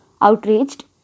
Outraged